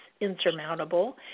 insurmountable